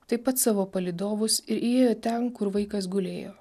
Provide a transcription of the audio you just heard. taip pat savo palydovus ir įėjo ten kur vaikas gulėjo